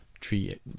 tree